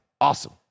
awesome